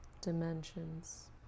Dimensions